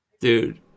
Dude